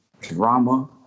Drama